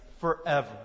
forever